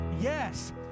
Yes